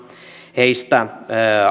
heistä